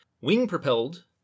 Wing-propelled